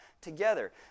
together